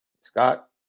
scott